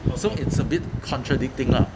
so it's a bit contradicting lah